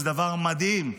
הוא דבר מדהים.